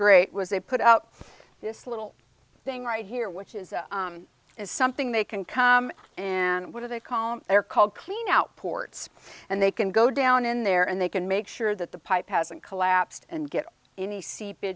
great was they put out this little thing right here which is is something they can come in and what do they call they're called cleaning out ports and they can go down in there and they can make sure that the pipe hasn't collapsed and get any se